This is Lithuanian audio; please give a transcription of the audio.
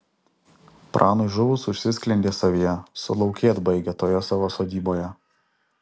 pranui žuvus užsisklendė savyje sulaukėt baigia toje savo sodyboje